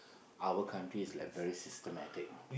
our country is like very systematic